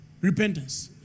repentance